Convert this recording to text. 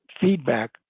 feedback